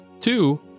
Two